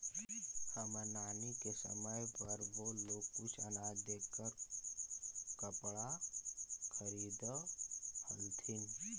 हमर नानी के समय पर वो लोग कुछ अनाज देकर कपड़ा खरीदअ हलथिन